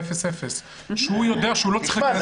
ב-5400* שהוא יודע שהוא לא צריך להיכנס לבידוד,